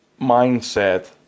mindset